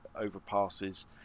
overpasses